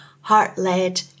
heart-led